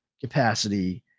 capacity